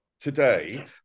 today